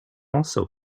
also